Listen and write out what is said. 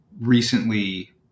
recently